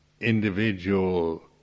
individual